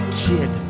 kid